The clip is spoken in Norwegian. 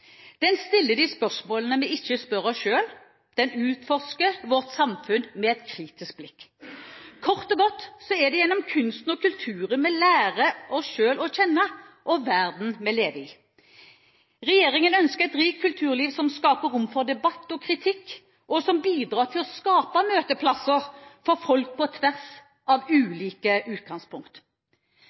Den stiller de spørsmålene vi ikke spør oss selv, og den utforsker vårt samfunn med et kritisk blikk. Kort og godt er det gjennom kunsten og kulturen vi lærer oss selv å kjenne og verden vi lever i. Regjeringen ønsker et rikt kulturliv som skaper rom for debatt og kritikk, og som bidrar til å skape møteplasser for folk på tvers av ulike utgangspunkt.